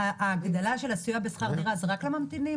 ההגדלה של הסיוע בשכר דירה היא רק לממתינים